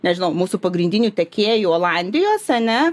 nežinau mūsų pagrindinių tiekėjų olandijos ane